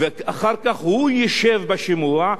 ואחר כך הוא ישב בשימוע,